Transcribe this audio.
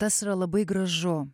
tas yra labai gražu